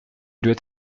doit